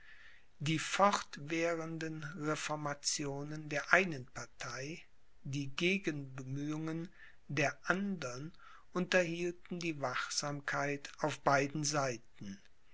die fortwährenden reformationen der einen partei die gegenbemühungen der andern unterhielten die wachsamkeit auf beiden seiten